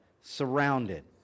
Surrounded